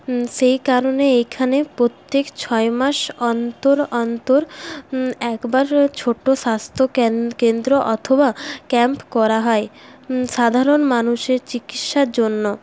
সেই কারণে এইখানে প্রত্যেক ছয় মাস অন্তর অন্তর একবার ছোটো স্বাস্থ্যকেন্দ্র অথবা ক্যাম্প করা হয় সাধারণ মানুষের চিকিৎসার জন্য